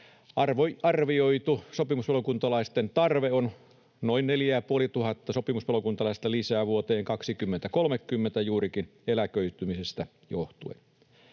Arvioitu sopimuspalokuntalaisten tarve on noin 4 500 sopimuspalokuntalaista lisää vuoteen 2030 mennessä juurikin eläköitymisestä johtuen.